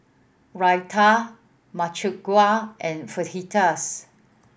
Raita Makchang Gui and Fajitas